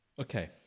Okay